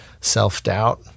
self-doubt